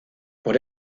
por